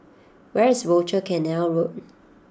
where is Rochor Canal Road